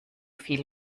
viel